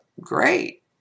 great